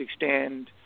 extend